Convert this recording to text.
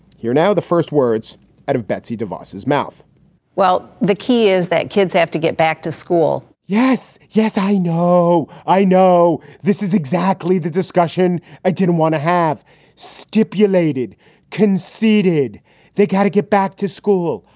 you're now the first words out of betsy devizes mouth well, the key is that kids have to get back to school yes. yes, i know. i know. this is exactly the discussion. i didn't want to have stipulated conceded they had to get back to school,